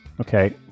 Okay